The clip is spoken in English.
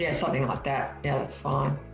yeah something like that that's fine